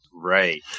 Right